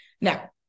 Now